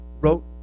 wrote